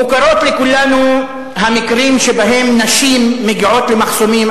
מוכרים לכולנו המקרים שבהם נשים מגיעות למחסומים,